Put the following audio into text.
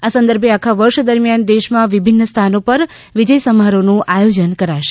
આ સંદર્ભે આખા વર્ષ દરમિયાન દેશમાં વિભિન્ન સ્થાનો પર વિજય સમારોહનું આયોજન કરાશે